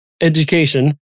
education